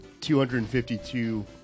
$252